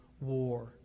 war